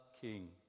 King